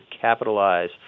capitalize